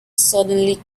suddenly